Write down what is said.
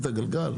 חמש דקות.